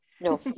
No